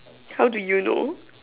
how do you know